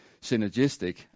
synergistic